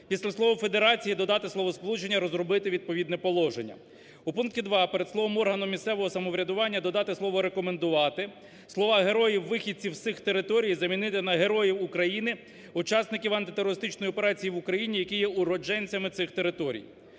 Після слово "федерації" додати словосполучення "розробити відповідне положення". У пункті 2 перед словом "органу місцевого самоврядування" додати слово "рекомендувати", слова "героїв, вихідців з цих територій" замінити на "героїв України, учасників антитерористичної операції в Україні, які є уродженцями цих територій".